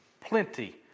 plenty